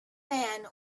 man